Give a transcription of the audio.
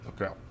okay